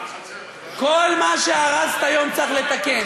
כל מה שהרסת, היום צריך לתקן.